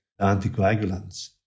anticoagulants